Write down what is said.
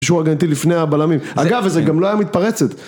קישור הגנתי לפני הבלמים, אגב וזה גם לא היה מתפרצת